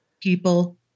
people